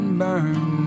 burn